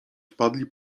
wpadli